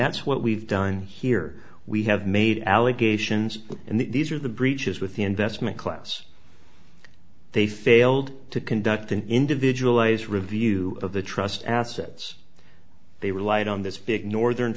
that's what we've done here we have made allegations and these are the breaches with the investment class they failed to conduct an individualized review of the trust assets they relied on this big northern